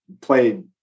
played